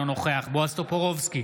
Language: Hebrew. אינו נוכח בועז טופורובסקי,